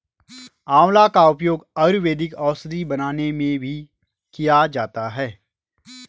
आंवला का उपयोग आयुर्वेदिक औषधि बनाने में भी किया जाता है